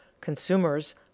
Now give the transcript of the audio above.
Consumers